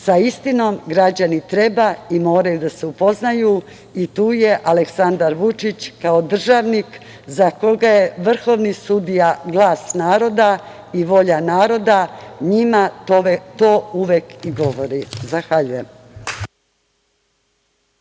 Sa istinom građani treba i moraju da se upoznaju i tu je Aleksandar Vučić kao državnik za koga je vrhovni sudija glas naroda i volja naroda, njima to uvek i govori. Zahvaljujem.